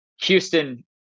Houston